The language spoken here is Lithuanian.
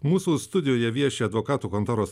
mūsų studijoje vieši advokatų kontoros